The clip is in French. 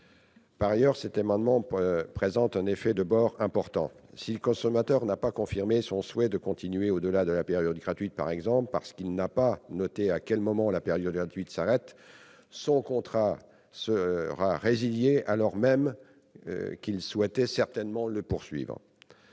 Par ailleurs, cet amendement crée un effet de bord important. En effet, si le consommateur n'a pas confirmé son souhait de continuer au-delà de la période gratuite, par exemple parce qu'il n'a pas noté à quel moment celle-ci prend fin, son contrat sera résilié alors même qu'il souhaitait certainement qu'il se poursuive.